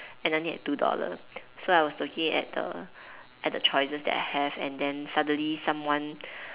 and I only had two dollar so I was looking at the at the choices that I have and then suddenly someone